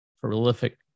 prolific